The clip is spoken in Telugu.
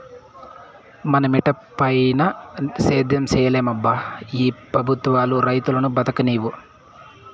మన మిటపైన సేద్యం సేయలేమబ్బా ఈ పెబుత్వాలు రైతును బతుకనీవు